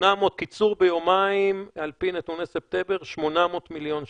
קיצור ביומיים על פי נתוני בספטמבר 800 מיליון שקל.